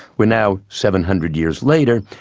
we're now seven hundred years later,